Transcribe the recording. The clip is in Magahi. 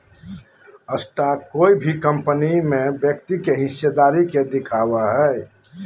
स्टॉक कोय भी कंपनी में व्यक्ति के हिस्सेदारी के दिखावय हइ